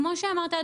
כמו שאמרת,